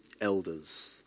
elders